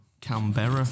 Canberra